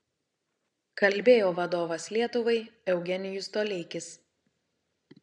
kalbėjo vadovas lietuvai eugenijus toleikis